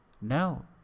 No